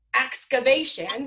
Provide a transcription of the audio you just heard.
excavation